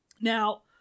Now